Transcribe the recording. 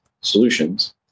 solutions